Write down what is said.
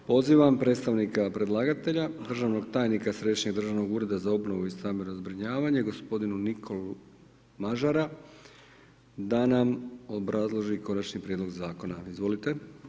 Pozivam predstavnika predlagatelja, državnog tajnika Središnjeg državnog ureda za obnovu i stambeno zbrinjavanje gospodinu Nikolu Mažara da nam obrazloži Konačni prijedlog zakona, izvolite.